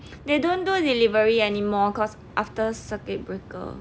they don't do delivery anymore cause after circuit breaker